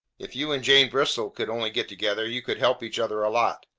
if you and jane bristol could only get together, you could help each other a lot.